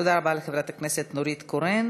תודה רבה לחברת הכנסת נורית קורן.